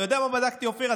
אתה יודע מה בדקתי, אופיר?